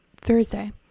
thursday